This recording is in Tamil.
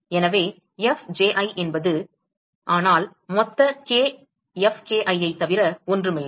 எனவே Fji என்பது ஆனால் மொத்த k Fki ஐ தவிர ஒன்றும் இல்லை